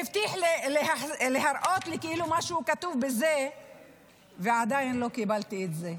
והבטיח להראות לי כאילו משהו כתוב בעניין הזה עדיין לא קיבלתי את זה.